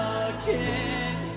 again